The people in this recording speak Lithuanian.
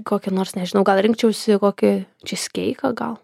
kokia nors nežinau gal rinkčiausi kokį čiskeiką gal